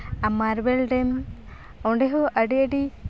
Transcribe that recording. ᱟᱨ marble ᱰᱮᱢ ᱚᱸᱰᱮ ᱦᱚᱸ ᱟᱹᱰᱤ ᱟᱹᱰᱤ